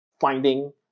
finding